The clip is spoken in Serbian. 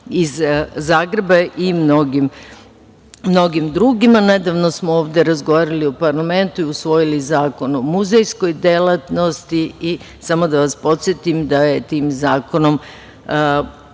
iz Zagreba i mnogim drugim. Nedavno smo ovde razgovarali u parlamentu i usvojili Zakon o muzejskoj delatnosti i samo bih vas podsetila da je tim zakonom